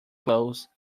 clothes